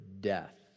death